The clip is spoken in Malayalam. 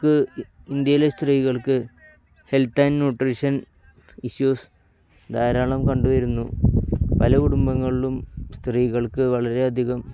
ക്ക് ഇന്ത്യയിലെ സ്ത്രീകൾക്ക് ഹെൽത്ത് ആൻഡ് ന്യൂട്രിഷൻ ഇഷ്യൂസ് ധാരാളം കണ്ടുവരുന്നു പല കുടുംബങ്ങളിലും സ്ത്രീകൾക്ക് വളരെയധികം